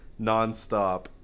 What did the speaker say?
nonstop